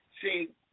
See